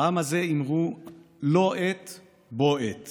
העם הזה אמרו לא עת בֹּא עת